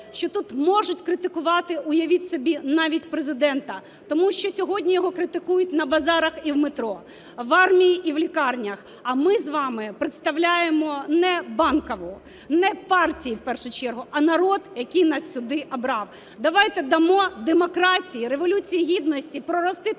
що тут можуть критикувати, уявіть собі, навіть Президента. Тому що сьогодні його критикують на базарах і в метро, в армії і в лікарнях. А ми з вами представляємо не Банкову, не партії, в першу чергу, а народ, який нас сюди обрав. Давайте дамо демократії, Революції Гідності прорости тут